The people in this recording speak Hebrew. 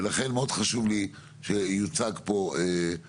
ולכן מאוד חשוב לי שתוצג פה התוכנית,